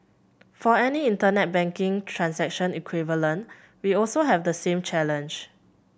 for any Internet banking transaction equivalent we also have the same challenge